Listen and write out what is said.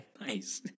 Nice